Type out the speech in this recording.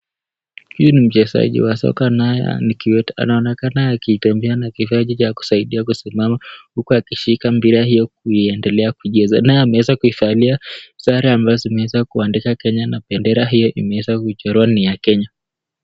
Huyu ni mchezaji wa soka naye ni kiwete, anaonekana akitembea na kifaa hiki cha kusaidia kusimama huku akishika mpira hiyo kuendelea kucheza, naye ameweza kuivalia ambazo zimeweza kuandikwa kenya na bendera hiyo imeweza kuchorwa ni ya Kenya.